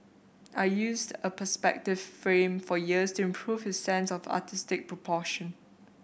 I used a perspective frame for years to improve his sense of artistic proportion